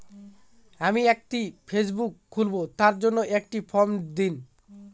আমি একটি ফেসবুক খুলব তার জন্য একটি ফ্রম দিন?